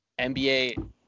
NBA